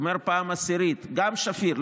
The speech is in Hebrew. אני אומר בפעם העשירית: גם שפיר,